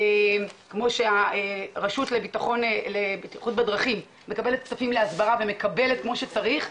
כמו שהרשות לבטיחות בדרכים מקבלת כספים להסברה ומקבלת כמו שצריך,